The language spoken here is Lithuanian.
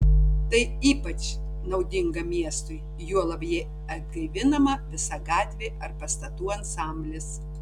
tai ypač naudinga miestui juolab jei atgaivinama visa gatvė ar pastatų ansamblis